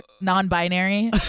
Non-binary